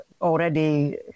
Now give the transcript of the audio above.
already